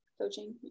coaching